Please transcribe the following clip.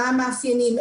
מה המאפיינים,